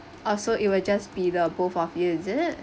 ah so it will just be the both of you is it